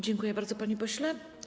Dziękuję bardzo, panie pośle.